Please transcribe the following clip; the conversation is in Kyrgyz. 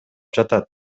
жатат